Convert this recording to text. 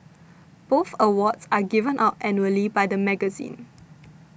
both awards are given out annually by the magazine